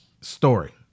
story